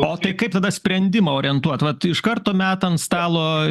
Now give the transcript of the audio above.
o tai kaip tada sprendimą orientuot vat iš karto meta an stalo